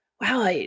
wow